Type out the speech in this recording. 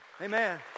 Amen